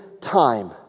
time